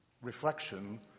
reflection